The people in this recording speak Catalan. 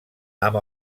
amb